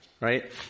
right